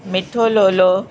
मिठो लोलो